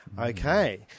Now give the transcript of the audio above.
Okay